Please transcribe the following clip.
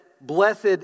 blessed